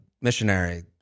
missionary